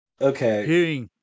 Okay